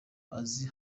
azi